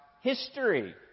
history